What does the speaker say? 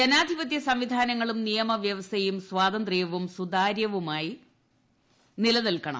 ജനാധിപത്യ സംവിധാനങ്ങളും നിയമവ്യവസ്ഥയും സ്വാതന്ത്ര്യവും സുതാര്യവുമായി നിലനിൽക്കണം